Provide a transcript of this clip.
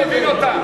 אני מבין אותה,